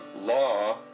law